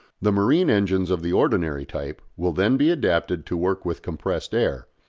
the marine engines of the ordinary type will then be adapted to work with compressed air,